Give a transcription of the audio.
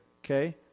okay